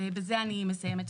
ובזה אני מסיימת,